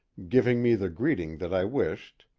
giving me the greeting that i wished,